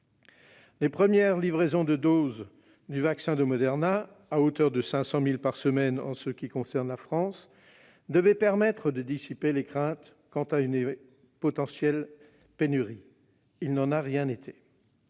Les premières livraisons de doses du vaccin de Moderna, à hauteur de 500 000 par semaine en ce qui concerne la France, devaient permettre de dissiper les craintes quant à une potentielle pénurie. Il n'en a rien été.